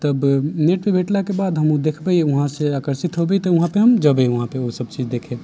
तब नेट पर भेटलाके बाद हम ओ देखबै वहाँ से आकर्षित होयबै तऽ वहाँ पे हम जयबै वहाँ पे ओ सब चीज देखे